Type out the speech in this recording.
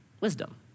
wisdom